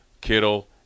Kittle